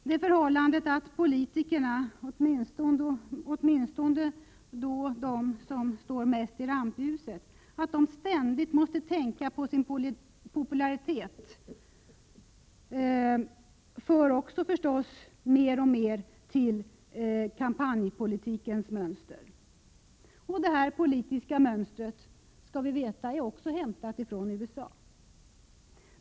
Det förhållandet att politikerna, åtminstone de som mest står i rampljuset, ständigt måste tänka på sin popularitet, hör förstås också till kampanjpolitikens mönster. Detta politiska mönster, skall vi veta, är hämtat från USA.